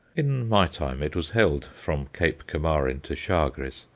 in my time it was held, from cape camarin to chagres,